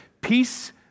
peace